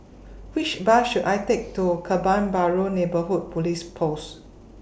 Which Bus should I Take to Kebun Baru Neighbourhood Police Post